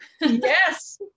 Yes